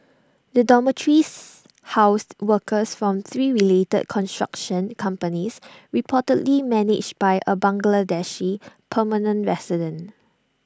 the dormitories housed workers from three related construction companies reportedly managed by A Bangladeshi permanent resident